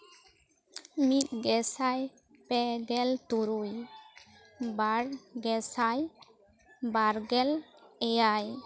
ᱢᱤᱫ ᱜᱮᱥᱟᱭ ᱯᱮ ᱜᱮᱞ ᱛᱩᱨᱩᱭ ᱵᱟᱨ ᱜᱮᱥᱟᱭ ᱵᱟᱨᱜᱮᱞ ᱮᱭᱟᱭ